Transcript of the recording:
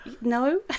no